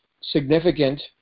significant